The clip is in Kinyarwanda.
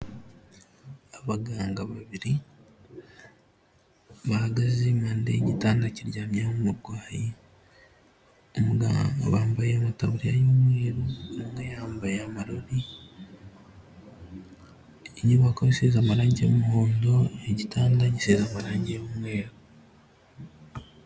Abaganga babiri bahagaze impande y'igitanda kiryamyeho umurwayi, bambaye amataburiya y'umweru, umwe yambaye amarobi, inyubako isize amarangi y'umuhondo, igitanda gisize amarangi y'umweru.